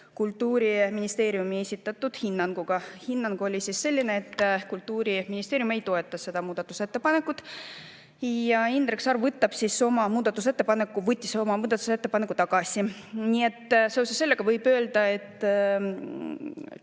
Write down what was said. Kultuuriministeeriumi esitatud hinnanguga. Hinnang oli selline, et Kultuuriministeerium ei toeta seda muudatusettepanekut. Ja Indrek Saar võttis oma muudatusettepaneku tagasi. Nii et seoses sellega võib öelda, et